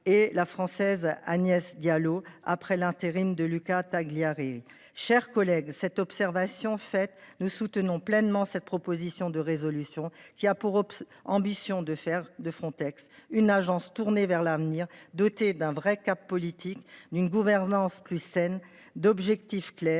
et la Française Agnès Diallo après l'intérim de Luca Taghlit Harry, chers collègues, cette observation faite nous soutenons pleinement cette proposition de résolution qui a pour ambition de faire de Frontex une agence tourné vers l'avenir. Doté d'un vrai cap politique d'une gouvernance plus saines d'objectifs clairs